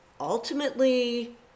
ultimately